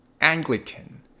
Anglican